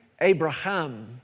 Abraham